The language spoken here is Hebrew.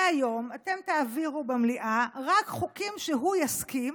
מהיום אתם תעבירו במליאה רק חוקים שהוא יסכים